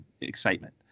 excitement